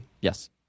Yes